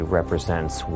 represents